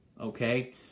Okay